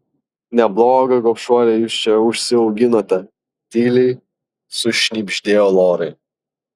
neblogą gobšuolę jūs čia užsiauginote tyliai sušnibždėjo lorai